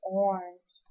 orange